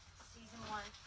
season one.